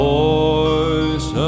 voice